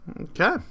Okay